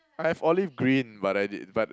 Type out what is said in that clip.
I have olive green but I di~ but